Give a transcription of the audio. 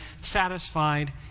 satisfied